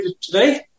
today